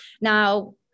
Now